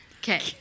Okay